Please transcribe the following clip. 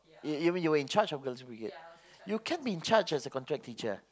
you you mean you were in charge of girl's-brigade you can be in charge as a contract teacher ah